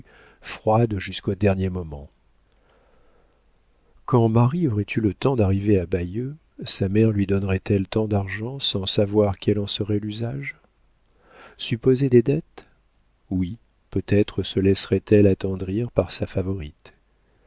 froide jusqu'au dernier moment quand marie aurait eu le temps d'arriver à bayeux sa mère lui donnerait elle tant d'argent sans savoir quel en serait l'usage supposer des dettes oui peut-être se laisserait elle attendrir par sa favorite